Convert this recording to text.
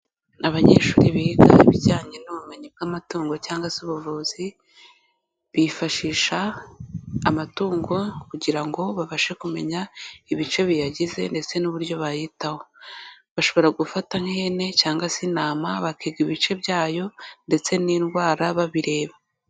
Abanyeshuri biga ibijyanye n'ubumenyi bw'amatungo cyangwa se ubuvuzi, bifashisha amatungo kugira ngo babashe kumenya ibice biyagize ndetse n'uburyo bayitaho, bashobora gufata nk'ihene cyangwa se intama bakiga ibice byayo ndetse n'indwara babireba.